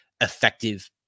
effective